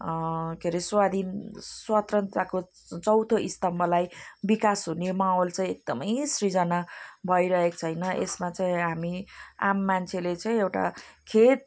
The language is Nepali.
के अरे स्वाधीन स्वतन्त्रताको चौथो स्तम्भलाई विकास हुने माहौल चाहिँ एकदमै सृजना भइरहेको छैन यसमा चाहिँ हामी आम मान्छेले चाहिँ एउटा खेद